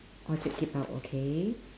orchard keep out okay